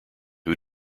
who